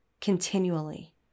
continually